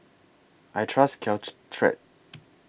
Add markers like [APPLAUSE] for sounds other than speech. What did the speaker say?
I Trust [UNINTELLIGIBLE]